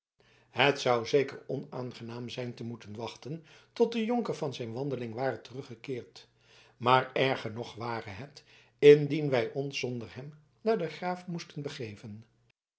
het zou zeker onaangenaam zijn te moeten wachten tot de jonker van zijn wandeling ware teruggekeerd maar erger nog ware het indien wij ons zonder hem naar den graaf moesten begeven